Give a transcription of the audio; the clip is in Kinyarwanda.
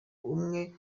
umwe